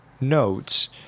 notes